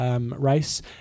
race